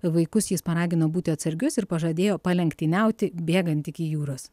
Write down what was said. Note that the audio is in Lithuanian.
vaikus jis paragino būti atsargius ir pažadėjo palenktyniauti bėgant iki jūros